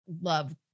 love